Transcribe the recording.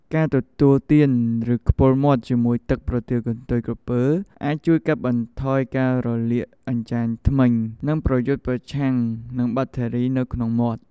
ការទទួលទាន ឬខ្ពុរមាត់ជាមួយទឹកប្រទាលកន្ទុយក្រពើ អាចជួយកាត់បន្ថយការរលាកអញ្ចាញធ្មេញ និងប្រយុទ្ធប្រឆាំងនឹងបាក់តេរីនៅក្នុងមាត់។